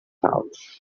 pouch